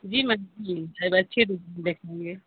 जी जी अब अच्छी देखेंगे